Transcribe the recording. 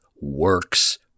works